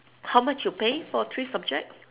how much you pay for three subjects